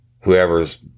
whoever's